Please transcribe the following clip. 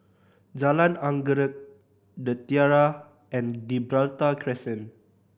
Jalan Anggerek The Tiara and Gibraltar Crescent